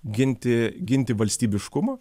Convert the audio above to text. ginti ginti valstybiškumą